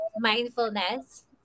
mindfulness